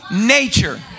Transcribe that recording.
nature